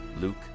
Luke